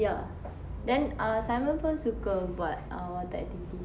ya then uh simon pun suka buat uh water activities